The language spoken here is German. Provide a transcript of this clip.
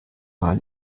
mal